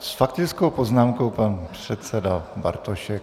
S faktickou poznámkou pan předseda Bartošek.